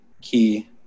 key